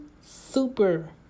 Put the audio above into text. super